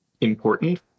important